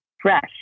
fresh